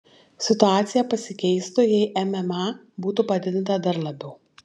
situacija pasikeistų jei mma būtų padidinta dar labiau